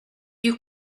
you